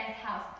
house